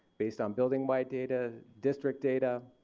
based on building wide data, district data,